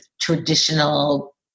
traditional